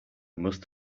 must